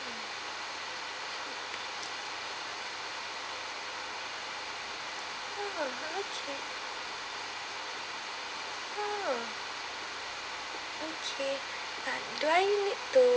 oh okay oh okay do I need to